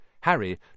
Harry